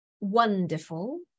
wonderful